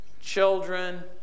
children